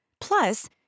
Plus